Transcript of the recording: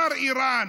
מר איראן,